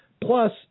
Plus